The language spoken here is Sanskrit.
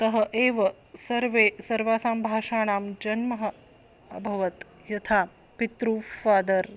अतः एव सर्वे सर्वासां भाषाणां जन्म अभवत् यथा पितृ फ़ादर्